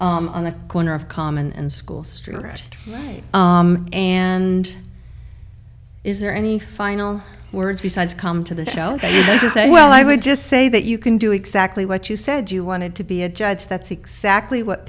on the corner of common and school street right and is there any final words besides come to the show to say well i would just say that you can do exactly what you said you wanted to be a judge that's exactly what